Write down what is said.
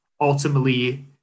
ultimately